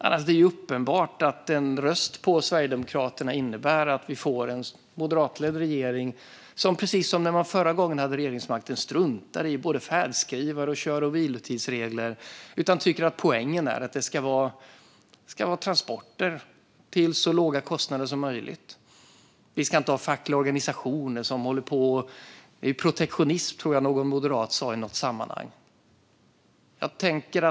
Annars är det uppenbart att en röst på Sverigedemokraterna innebär att vi får en moderatledd regering som, precis som förra gången de hade regeringsmakten, struntar i både färdskrivare och kör och vilotidsregler. De tycker att poängen är att det ska vara transporter till så låga kostnader som möjligt. Vi ska inte ha fackliga organisationer som håller på. "Protektionism" tror jag att någon moderat kallade det i något sammanhang.